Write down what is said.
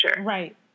Right